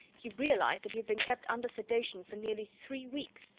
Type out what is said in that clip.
he realized that he had been kept under sedation for nearly three weeks,